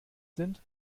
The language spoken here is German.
sind